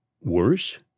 Worse